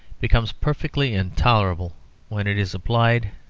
becomes perfectly intolerable when it is applied,